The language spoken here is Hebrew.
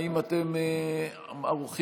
קולותיהם של חברי הכנסת ארבל,